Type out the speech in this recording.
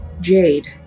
Jade